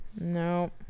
No